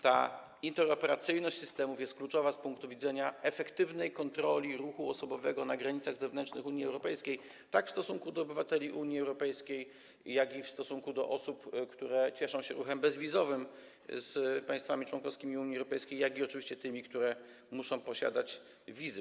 Ta interoperacyjność systemów jest kluczowa z punktu widzenia efektywnej kontroli ruchu osobowego na granicach zewnętrznych Unii Europejskiej, tak w stosunku do obywateli Unii Europejskiej, jak i w stosunku do osób, które cieszą się ruchem bezwizowym z państwami członkowskimi Unii Europejskiej, i oczywiście tymi, które muszą posiadać wizy.